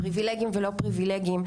פריבילגיים ולא פריבילגיים,